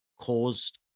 caused